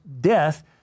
death